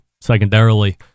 secondarily